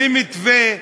למתווה,